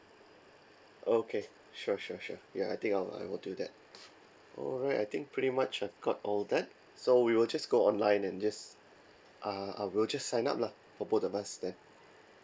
okay sure sure sure ya I think I will I will do that alright I think pretty much I've got all that so we will just go online and just uh uh we will just sign up lah for both of us then